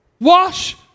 Wash